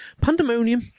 Pandemonium